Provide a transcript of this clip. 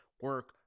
Work